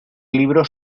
libro